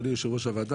אדוני יושב-ראש הוועדה,